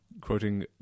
Quoting